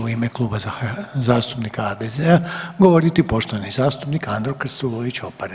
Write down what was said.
u ime Kluba zastupnika HDZ-a govoriti poštovani zastupnik Andro Krstulović Opara.